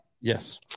Yes